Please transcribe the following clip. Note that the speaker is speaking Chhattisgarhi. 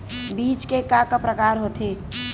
बीज के का का प्रकार होथे?